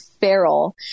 feral